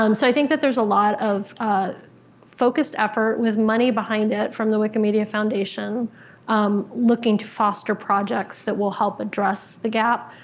um so i think that there's a lot of focused effort with money behind it from the wikimedia foundation looking to foster projects that will help address the gap.